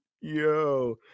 Yo